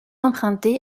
emprunté